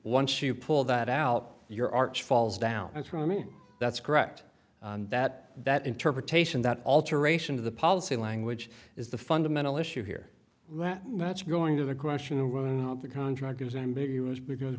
once you pull that out your arch falls down that's what i mean that's correct that that interpretation that alteration of the policy language is the fundamental issue here that that's going to the question of the contract is ambiguous because